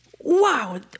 wow